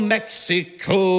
Mexico